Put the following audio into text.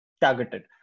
targeted